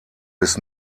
bis